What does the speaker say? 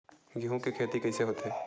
गेहूं के खेती कइसे होथे?